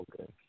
Okay